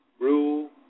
rule